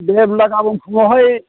दे होमब्ला गाबोन फुङाव